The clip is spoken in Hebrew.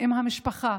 עם המשפחה,